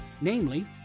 namely